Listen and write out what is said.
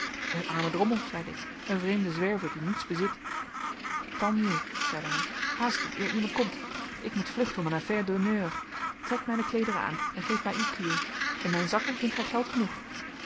een arme drommel zeide ik een vreemde zwerver die niets bezit tant mieux zeide hij haast u eer iemand komt ik moet vluchten om een affaire d'honneur trek mijne kleederen aan en geef mij uw kiel in mijn zakken vindt gij geld genoeg